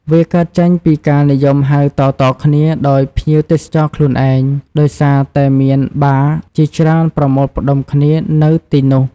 វាកើតចេញពីការនិយមហៅតៗគ្នាដោយភ្ញៀវទេសចរខ្លួនឯង ដោយសារតែមាន បារ ជាច្រើនប្រមូលផ្តុំគ្នានៅទីនោះ។